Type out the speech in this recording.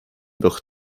wird